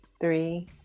three